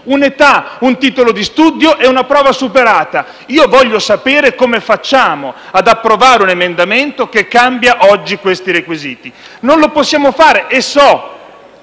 un'età, un titolo di studio e una prova superata. Voglio sapere come facciamo ad approvare un emendamento che cambia oggi questi requisiti. Non lo possiamo fare.